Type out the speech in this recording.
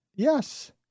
Yes